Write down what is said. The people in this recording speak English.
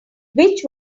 which